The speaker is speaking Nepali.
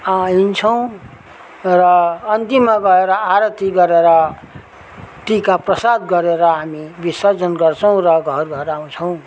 हिँड्छौँ र अन्तिममा गएर आरती गरेर टिका प्रसाद गरेर हामी विसर्जन गर्छौँ र घर घर आउँछौँ